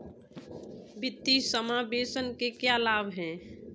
वित्तीय समावेशन के क्या लाभ हैं?